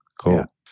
Cool